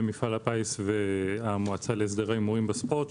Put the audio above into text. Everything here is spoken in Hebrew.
מפעל הפיס והמועצה להסדר ההימורים בספורט,